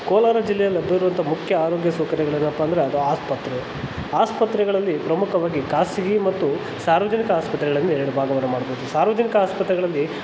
ಕೋಲಾರ ಜಿಲ್ಲೆಯಲ್ಲಿ ಲಭ್ಯವಿರುವಂಥ ಮುಖ್ಯ ಆರೋಗ್ಯ ಸೌಕರ್ಯಗಳು ಏನಪ್ಪಾ ಅಂದರೆ ಅದು ಆಸ್ಪತ್ರೆ ಆಸ್ಪತ್ರೆಗಳಲ್ಲಿ ಪ್ರಮುಖವಾಗಿ ಖಾಸಗಿ ಮತ್ತು ಸಾರ್ವಜನಿಕ ಆಸ್ಪತ್ರೆಗಳಲ್ಲಿ ಎರಡು ಭಾಗವನ್ನು ಮಾಡ್ಬೋದು ಸಾರ್ವಜನಿಕ ಆಸ್ಪತ್ರೆಗಳಲ್ಲಿ